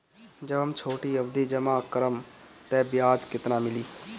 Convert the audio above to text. जब हम छोटी अवधि जमा करम त ब्याज केतना मिली?